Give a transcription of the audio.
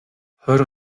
хорь